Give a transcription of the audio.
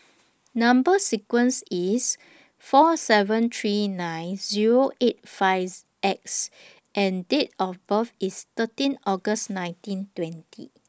Number sequence IS four seven three nine Zero eight five X and Date of birth IS thirteen August nineteen twenty